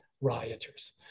rioters